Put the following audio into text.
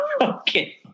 Okay